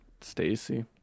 Stacy